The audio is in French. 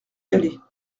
aller